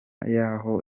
yaho